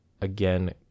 again